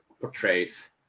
portrays